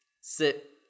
sit